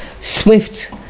Swift